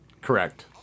Correct